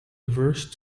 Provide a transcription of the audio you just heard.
verse